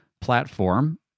platform